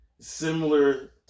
similar